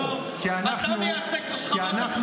נו, אתה מייצג את השכבות המוחלשות?